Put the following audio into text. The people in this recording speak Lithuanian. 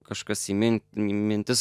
kažkas įmin min mintis